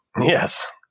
Yes